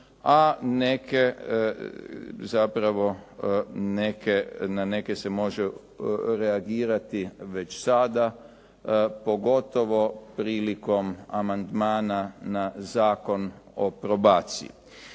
godinu, a na neke se može reagirati već sada, pogotovo prilikom amandmana na Zakon o probaciji.